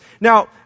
Now